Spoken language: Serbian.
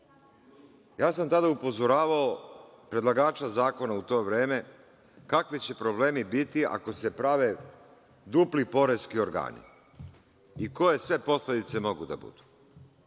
ja sam tada upozoravao predlagača zakona u to vreme kakvi će problemi biti ako se prave dupli poreski organi i koje sve posledice mogu da budu.